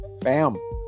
Bam